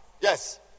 Yes